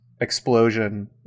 Explosion